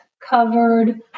covered